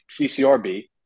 CCRB